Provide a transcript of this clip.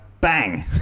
bang